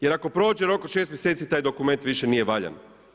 Jer ako prođe rok od 6 mjeseci taj dokument više nije valjan.